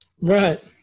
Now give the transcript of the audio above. Right